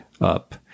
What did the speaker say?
up